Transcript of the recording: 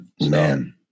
Man